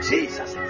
Jesus